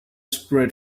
spread